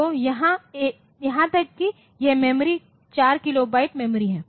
तो यहां तक कि यह मेमोरी 4 किलोबाइट मेमोरी है